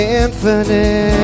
infinite